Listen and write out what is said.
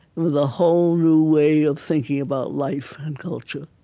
with a whole new way of thinking about life and culture.